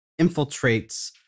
infiltrates